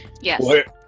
Yes